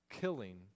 killing